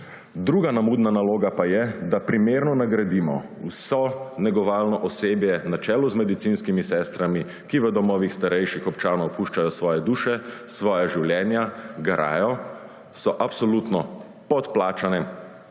Druga nemudna naloga pa je, da primerno nagradimo vso negovalno osebje na čelu z medicinskimi sestrami, ki v domovih starejših občanov puščajo svoje duše, svoja življenja, garajo, so absolutno podplačane